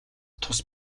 тус